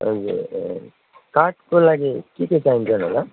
हजुर कार्डको लागि के के चाहिन्छन् होला